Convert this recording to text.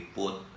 put